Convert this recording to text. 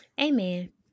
Amen